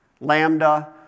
Lambda